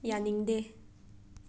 ꯌꯥꯅꯤꯡꯗꯦ